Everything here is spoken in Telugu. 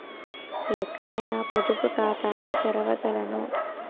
ఎక్కడ నా పొదుపు ఖాతాను తెరవగలను?